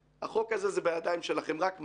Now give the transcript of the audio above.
החוק הזה הוא בידיים שלכם, רק מה,